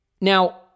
Now